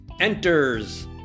enters